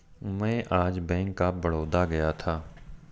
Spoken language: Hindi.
मैं आज बैंक ऑफ बड़ौदा गया था